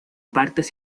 partes